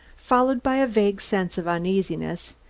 followed by a vague sense of uneasiness,